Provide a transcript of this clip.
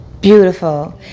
Beautiful